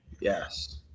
Yes